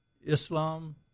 islam